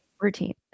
Routine